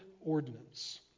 ordinance